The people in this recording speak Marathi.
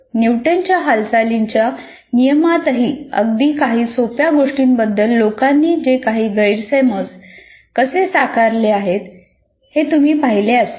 न्यूटनच्या हालचालींच्या नियमांतही अगदी काही सोप्या गोष्टींबद्दल लोकांनी काही गैरसमज कसे साकारले हेही तुम्ही पाहिले असेल